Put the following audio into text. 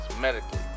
medically